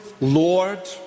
Lord